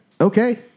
Okay